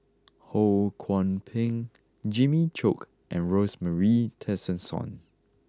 Ho Kwon Ping Jimmy Chok and Rosemary Tessensohn